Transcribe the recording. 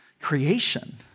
Creation